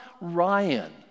Ryan